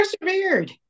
persevered